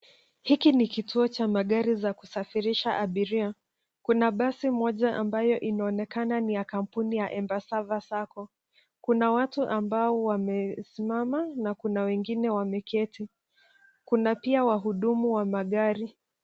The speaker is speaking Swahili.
Hiki ni kituo cha magari za kusafirisha abiria, kuna basi moja ambayo inaonekana ni ya kampuni ya embasava sacco, kuna watu ambao wamesimama na kuna wengine wameketi. Kuna pia wahudhumu wa magari